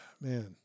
man